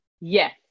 Yes